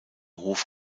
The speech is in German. hof